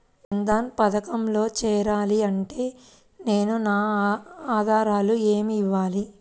జన్ధన్ పథకంలో చేరాలి అంటే నేను నా ఆధారాలు ఏమి ఇవ్వాలి?